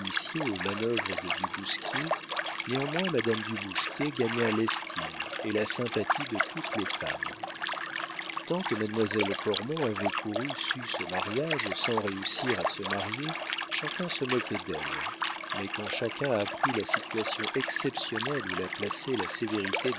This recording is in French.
aux manœuvres de du bousquier néanmoins madame du bousquier gagna l'estime et la sympathie de toutes les femmes tant que mademoiselle cormon avait couru sus au mariage sans réussir à se marier chacun se moquait d'elle mais quand chacun apprit la situation exceptionnelle où la plaçait la sévérité